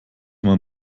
man